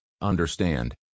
understand